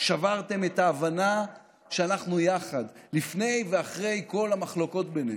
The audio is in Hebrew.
שברתם את ההבנה שאנחנו יחד לפני ואחרי כל המחלוקות בינינו,